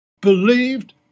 believed